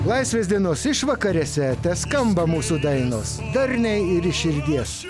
laisvės dienos išvakarėse teskamba mūsų dainos darniai ir širdies